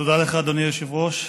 תודה לך, אדוני היושב-ראש.